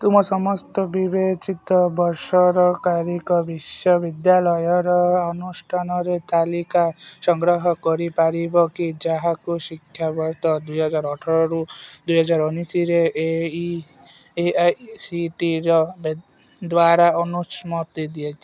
ତୁମେ ସମସ୍ତ ବିବେଚିତ ବେସରକାରୀ ବିଶ୍ୱବିଦ୍ୟାଳୟ ଅନୁଷ୍ଠାନର ତାଲିକା ସଂଗ୍ରହ କରିପାରିବ କି ଯାହାକି ଶିକ୍ଷାବର୍ଷ ଦୁଇହଜାର ଅଠର ଦୁଇହଜାର ଉଣେଇଶରେ A I C T E ଦ୍ୱାରା ଅନୁମୋଦିତ